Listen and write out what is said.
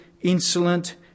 insolent